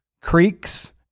creeks